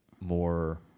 more